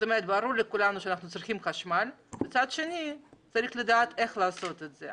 ברור לכולנו שאנחנו צריכים חשמל אבל מצד שני צריך לדעת איך לעשות את זה.